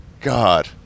god